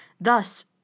Thus